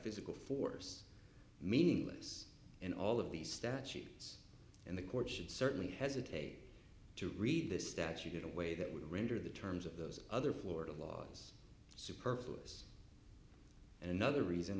physical force meaningless and all of these statutes and the court should certainly hesitate to read the statute in a way that would render the terms of those other florida laws superfluous and another reason